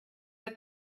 but